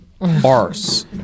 arse